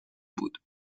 بود